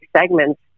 segments